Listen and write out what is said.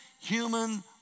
human